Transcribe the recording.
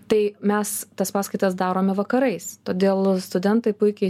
tai mes tas paskaitas darome vakarais todėl studentai puikiai